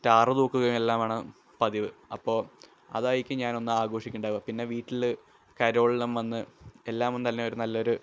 star തൂക്കുകയും എല്ലാമാണ് പതിവ് അപ്പോള് അതായിക്കും ഒന്നാമത് ഞാൻ ഒന്ന് ആഘോഷിക്കുന്നുണ്ടാവുക പിന്നെ വീട്ടില് കരോളെല്ലാം വന്ന് എല്ലാം തന്നെ ഒന്ന്